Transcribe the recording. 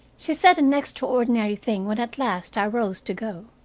she said an extraordinary thing, when at last i rose to go.